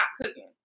cooking